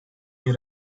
nie